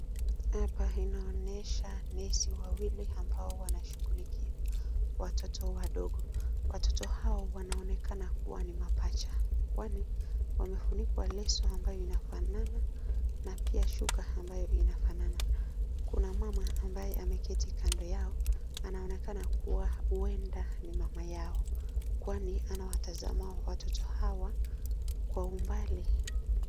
Hapa inaonesha nesi wawili ambao wanashughulikia watoto wadogo. Watoto hao wanaonekana kua ni mapacha kwani wamefunikwa leso ambayo inafanana na pia shuka ambayo inafanana. Kuna mama ambaye ameketi kando yao anaonekana kuwa huenda ni mama yao kwani anawatazama watoto hao kwa umbali.